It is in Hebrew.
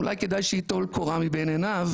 אולי כדאי שייטול קורה מבין עיניו,